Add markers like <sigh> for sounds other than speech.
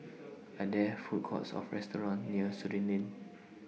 <noise> Are There Food Courts of restaurants near Surin Lane